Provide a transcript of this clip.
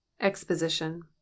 Exposition